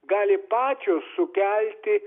gali pačios sukelti